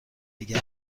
نگه